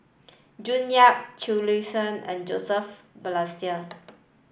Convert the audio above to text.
June Yap Chee Lee and Joseph Balestier